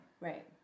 Right